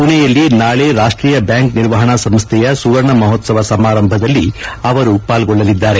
ಪುಣೆಯಲ್ಲಿ ನಾಳೆ ರಾಷ್ಟೀಯ ಬ್ಯಾಂಕ್ ನಿರ್ವಹಣಾ ಸಂಸ್ಥೆಯ ಸುವರ್ಣ ಮಹೋತ್ಲವ ಸಮಾರಂಭದಲ್ಲಿ ಅವರು ಪಾಲ್ಗೊಳ್ಳಲಿದ್ದಾರೆ